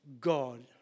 God